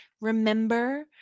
remember